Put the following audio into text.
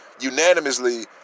Unanimously